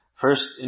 First